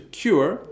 cure